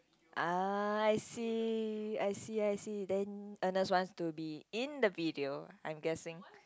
ah I see I see I see then Agnes wants to be in the video I'm guessing